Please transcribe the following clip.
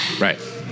right